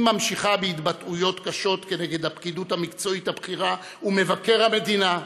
היא ממשיכה בהתבטאויות קשות כנגד הפקידות המקצועית הבכירה ומבקר המדינה,